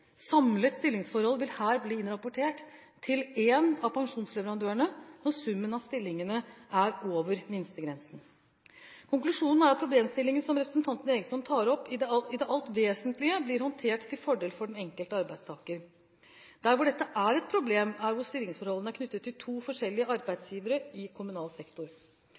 Samlet stillingsforhold vil her bli innrapportert til én av pensjonsleverandørene når summen av stillingene er over minstegrensen. Konklusjonen er at problemstillingen som representanten Eriksson tar opp, i det alt vesentlige blir håndtert til fordel for den enkelte arbeidstaker. Der hvor dette er et problem, er hvor stillingsforholdene er knyttet til to forskjellige arbeidsgivere i kommunal sektor.